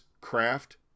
craft